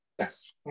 Yes